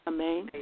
Amen